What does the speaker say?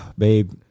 babe